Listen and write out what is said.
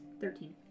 thirteen